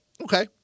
Okay